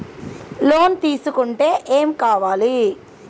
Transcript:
Loan తీసుకుంటే ఏం కావాలి?